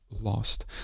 lost